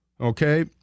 Okay